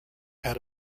had